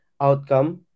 outcome